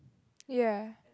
ya